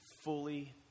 fully